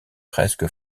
presque